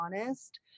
honest